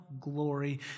glory